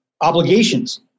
obligations